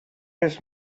his